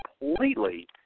completely